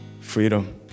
freedom